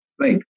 right